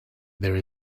there